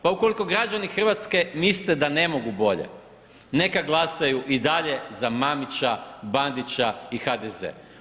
Pa ukoliko građani Hrvatske misle da ne mogu bolje, neka glasaju i dalje za Mamića, Bandića i HDZ.